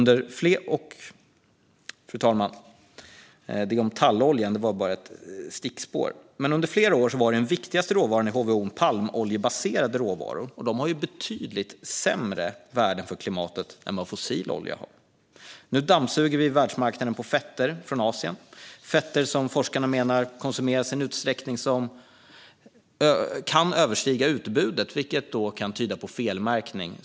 Det om talloljan. Det var bara ett stickspår. Under flera år var den viktigaste råvaran i HVO palmoljebaserade råvaror. De har betydligt sämre värden för klimatet än vad fossil olja har. Nu dammsuger vi världsmarknaden på fetter från Asien. Det är fetter som forskarna menar konsumeras i en utsträckning som kan överstiga utbudet, vilket kan tyda på felmärkning.